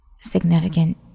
significant